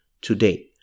Today